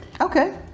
Okay